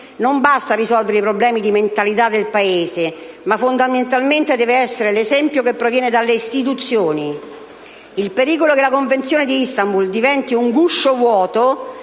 non basta a risolvere i problemi di mentalità del Paese, ma fondamentale deve essere l'esempio che proviene dalle istituzioni. Il pericolo che la Convenzione di Istanbul diventi un guscio vuoto,